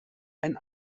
ein